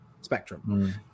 spectrum